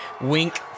wink